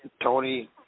Tony